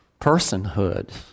Personhood